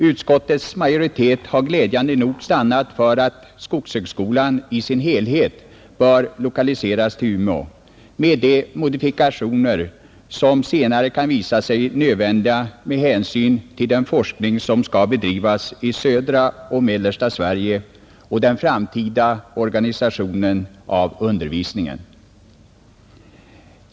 Utskottets majoritet har glädjande nog stannat för att skogshögskolan i sin helhet bör lokaliseras till Umeå med de modifikationer som senare kan visa sig nödvändiga med hänsyn till den forskning som skall bedrivas i södra och mellersta Sverige och den framtida organisationen av undervisningen.